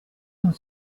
und